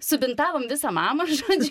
subintavom visą mama žodžiu